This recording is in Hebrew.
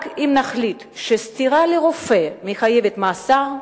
רק אם נחליט שסטירה לרופא מחייבת מאסר,